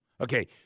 Okay